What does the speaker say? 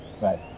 Right